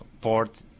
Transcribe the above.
port